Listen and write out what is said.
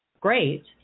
great